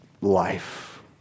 life